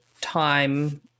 time